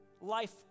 Life